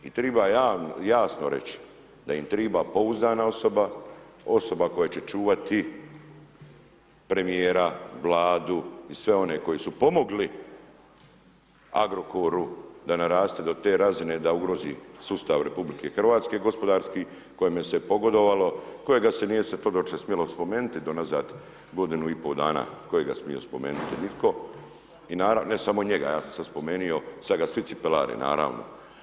I treba jasno reći da im treba pouzdana osoba, osoba koja će čuvati premijera, Vladu i sve one koji su pomogli Agrokoru da naraste to te razine da ugrozi sustav RH, gospodarski kojemu se pogodovalo, kojega se uopće nije smjelo spomenuti do unazad godinu i pol dana, tko ga je smio spomenuti, nitko, i ne samo njega, ja sam sad spomenuo, sad ga svi cipelare, naravno.